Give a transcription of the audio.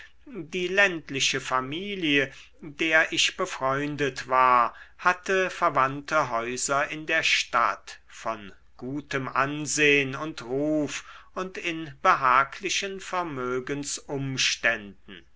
die ländliche familie der ich befreundet war hatte verwandte häuser in der stadt von gutem ansehn und ruf und in behaglichen